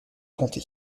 comté